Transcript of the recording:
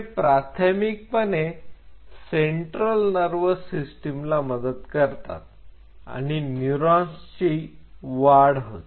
हे प्राथमिकपणे central nervous system ला मदत करतात आणि न्यूरॉन्सची वाढ होते